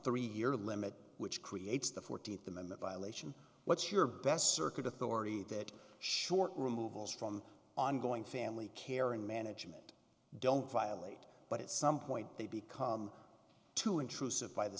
three year limit which creates the fourteenth amendment violation what's your best circuit authority that short removals from ongoing family care and management don't violate but at some point they become too intrusive by the